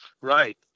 Right